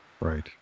right